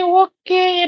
okay